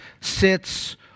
sits